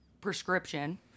prescription